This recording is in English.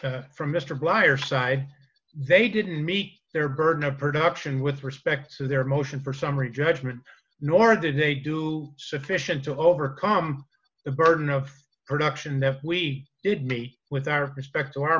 s from mr blair side they didn't meet their burden of production with respect to their motion for summary judgment nor did they do sufficient to overcome the burden of production we did me with our respect to our